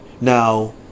Now